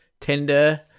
Tinder